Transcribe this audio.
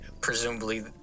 presumably